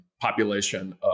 population